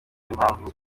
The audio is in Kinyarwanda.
iyo